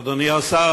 אדוני השר,